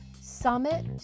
summit